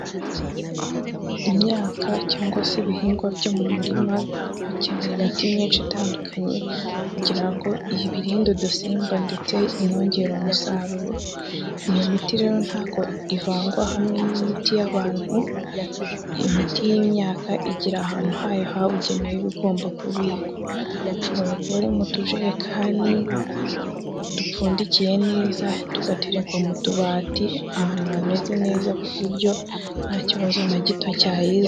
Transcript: Imyaka cyangwa se ibihingwa byo mu murima bikenera imiti myinshi itandukanye kugira ngo ibirinde udusimba ndetse inongere umusaruro. Iyo miti rero ntabwo ivangwa hamwe n'imiti y'abantu, iyi miti y'imyaka igira ahantu hayo habugenewe iba igomba kubikwa. Ishobora kuba ari mu tujerekani dupfundikiye neza tugaterekwa mu tubati ahantu hameze neza ku buryo nta kibazo na gito cyayizaho.